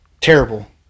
terrible